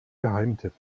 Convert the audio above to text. geheimtipp